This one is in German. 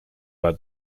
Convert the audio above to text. war